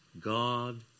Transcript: God